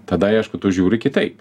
tada aišku tu žiūri kitaip